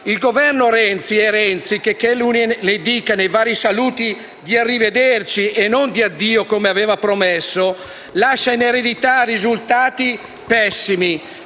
Il Governo Renzi e Renzi, nonostante ciò che lui dica nei vari saluti di arrivederci e non di addio (come aveva promesso), lascia in eredità risultati pessimi.